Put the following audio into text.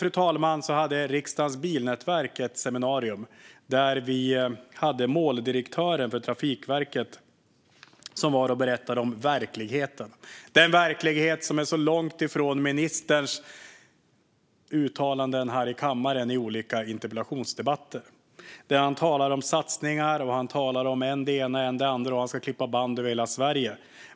För en tid sedan hade Riksdagens bilnätverk ett seminarium där måldirektören för Trafikverket berättade om verkligheten - den verklighet som är så långt ifrån ministerns uttalanden här i kammaren i olika interpellationsdebatter. Han talar om satsningar och än det ena och än det andra, och han ska klippa band över hela Sverige.